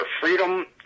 freedom